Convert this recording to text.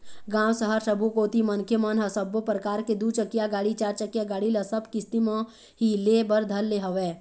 गाँव, सहर सबो कोती मनखे मन ह सब्बो परकार के दू चकिया गाड़ी, चारचकिया गाड़ी ल सब किस्ती म ही ले बर धर ले हवय